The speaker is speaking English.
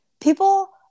people